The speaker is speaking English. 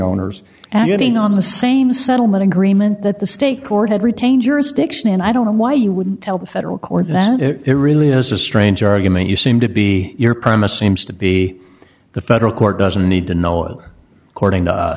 owners admitting on the same settlement agreement that the state court had retained jurisdiction and i don't know why you would tell the federal court that it really is a strange argument you seem to be your premise seems to be the federal court doesn't need to know according to us